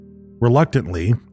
Reluctantly